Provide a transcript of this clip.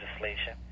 legislation